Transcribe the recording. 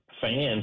fans